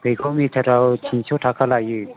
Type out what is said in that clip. बेखौ मिटाराव तिनस' थाखा लायो